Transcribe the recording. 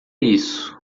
isso